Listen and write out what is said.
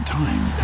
time